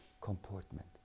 comportment